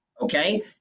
okay